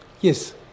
Yes